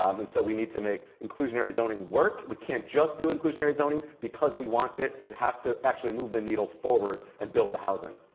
um and so we need to make inclusionary zoning work. we can't just do inclusionary zoning because we want it. it has to actually move the needle forward and build the housing.